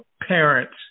parents